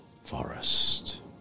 forest